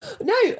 no